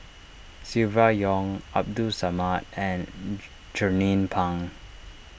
Silvia Yong Abdul Samad and Jernnine Pang